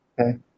Okay